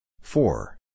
Four